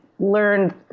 learned